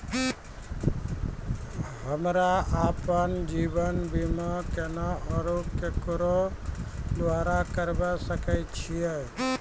हमरा आपन जीवन बीमा केना और केकरो द्वारा करबै सकै छिये?